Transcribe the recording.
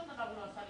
בנוסף,